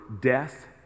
death